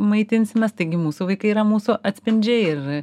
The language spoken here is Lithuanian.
maitinsimės taigi mūsų vaikai yra mūsų atspindžiai ir